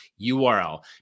URL